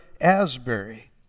Asbury